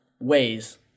ways